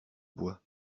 bois